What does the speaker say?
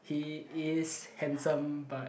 he is handsome but